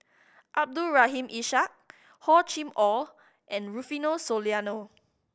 Abdul Rahim Ishak Hor Chim Or and Rufino Soliano